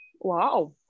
Wow